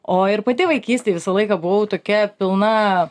o ir pati vaikystėj visą laiką buvau tokia pilna